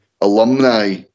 alumni